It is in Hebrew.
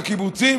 בקיבוצים,